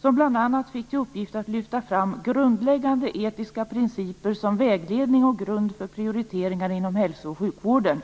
som bl.a. fick till uppgift att lyfta fram grundläggande etiska principer som vägledning och grund för prioriteringar inom hälso och sjukvården.